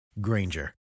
Granger